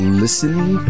listening